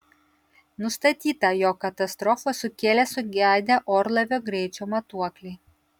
nustatyta jog katastrofą sukėlė sugedę orlaivio greičio matuokliai